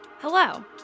hello